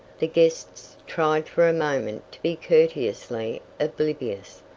the guests tried for a moment to be courteously oblivious,